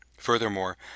Furthermore